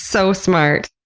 so smart.